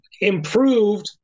improved –